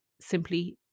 simply